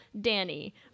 Danny